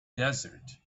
desert